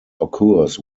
occurs